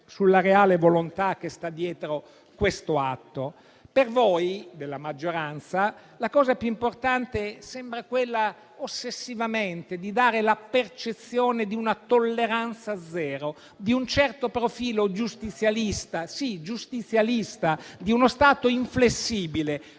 sulla reale volontà che sta dietro questo atto. Per voi della maggioranza la cosa più importante sembra ossessivamente dare la percezione di una tolleranza zero, di un certo profilo giustizialista - sì, giustizialista - e